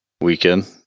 weekend